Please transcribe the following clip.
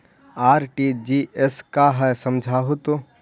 RTGS का है समझाहू तो?